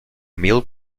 meal